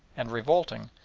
and revolting,